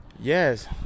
Yes